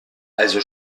also